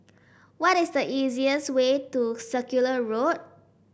what is the easiest way to Circular Road